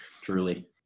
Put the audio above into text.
Truly